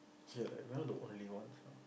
yeah like we not the only ones you know